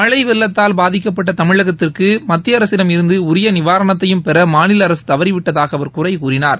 மழை வெள்ளத்தால் பாதிக்கப்பட்ட தமிழகத்திற்கு மத்திய அரசிடம் இருந்து உரிய நிவாரணத்தையும் பெற மாநில அரசு தவறிவிட்டதாக அவர் குறைகூறினார்